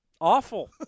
Awful